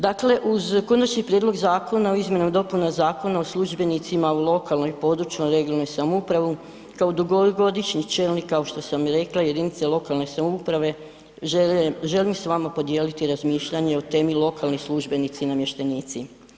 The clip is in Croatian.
Dakle uz Konačni prijedlog Zakona o izmjenama i dopunama Zakona o službenicima u lokalnoj i područnoj (regionalnoj) samoupravi kao dugogodišnji čelnik kao što sam i rekla jedinice lokalne samouprave želim s vama podijeliti razmišljanje o temi lokalni službenici i namještenici.